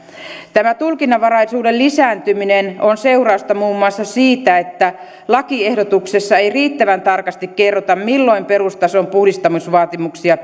tämä tulkinnanvaraisuuden lisääntyminen on seurausta muun muassa siitä että lakiehdotuksessa ei riittävän tarkasti kerrota milloin perustason puhdistamisvaatimuksia